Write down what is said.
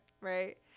right